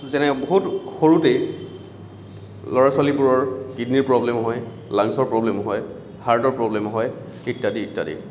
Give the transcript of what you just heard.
যেনে বহুত সৰুতেই ল'ৰা ছোৱালীবোৰৰ কিডনীৰ প্ৰব্লেম হয় লাংচৰ প্ৰব্লেম হয় হাৰ্টৰ প্ৰব্লেম হয় ইত্যাদি ইত্যাদি